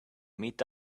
meet